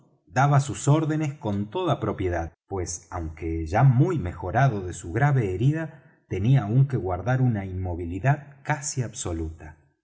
daba sus órdenes con toda propiedad pues aunque ya muy mejorado de su grave herida tenía aún que guardar una inmovilidad casi absoluta